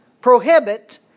prohibit